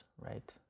right